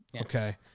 Okay